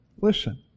listen